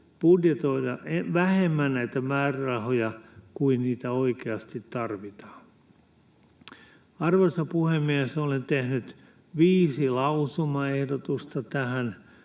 budjetoida vähemmän näitä määrärahoja kuin niitä oikeasti tarvitaan. Arvoisa puhemies! Olen tehnyt viisi lausumaehdotusta tähän